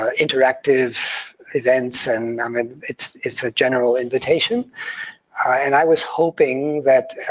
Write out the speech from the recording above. um interactive events. and i mean it's it's a general invitation, and i was hoping that